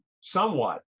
somewhat